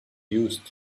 used